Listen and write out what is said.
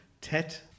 Tet